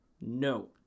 No